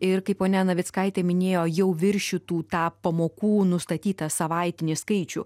ir kaip ponia navickaitė minėjo jau viršytų tą pamokų nustatytą savaitinį skaičių